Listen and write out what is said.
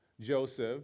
Joseph